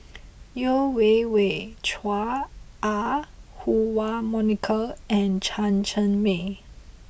Yeo Wei Wei Chua Ah Huwa Monica and Chen Cheng Mei